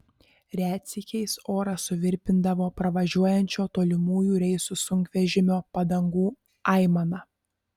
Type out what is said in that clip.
retsykiais orą suvirpindavo pravažiuojančio tolimųjų reisų sunkvežimio padangų aimana